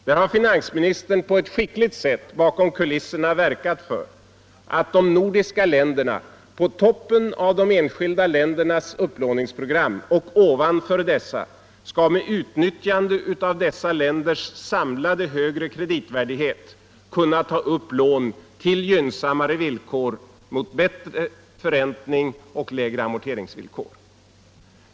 Där har finansministern på ett skickligt sätt bakom kulisserna verkat för att de nordiska länderna på toppen av de enskilda ländernas upplåningsprogram och ovanför dessa skall med utnyttjande av dessa länders samlade högre kreditvärdighet kunna ta upp lån på gynnsammare villkor, mot bättre förräntning och bättre amorteringsvillkor.